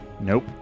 Nope